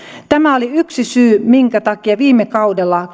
tämä oli yksi syy minkä takia viime kaudella